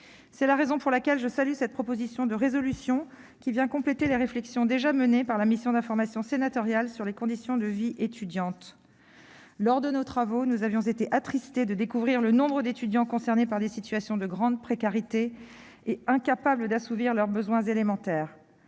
C'est la raison pour laquelle je salue cette proposition de résolution, qui vient compléter les réflexions déjà menées par la mission d'information sénatoriale sur les conditions de vie étudiante. Lors de nos travaux, nous avions été attristés de découvrir le nombre d'étudiants concernés par des situations de grande précarité et incapables de subvenir à leurs besoins élémentaires.